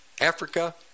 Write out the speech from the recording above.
Africa